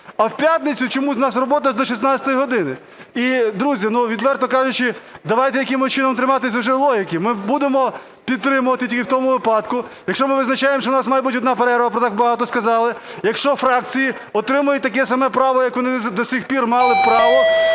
А в п'ятницю чомусь в нас робота до 16:00 години. І, друзі, ну, відверто кажучи, давайте якимось чином триматися вже логіки. Ми будемо підтримувати тільки в тому випадку, якщо ми визначаємо, що в нас має бути одна перерва, про що так багато сказали. Якщо фракції отримають таке саме право, як вони до сих пір мали право